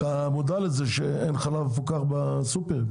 אתה מודע לזה שאין חלב מפוקח בסופרים?